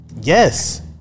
Yes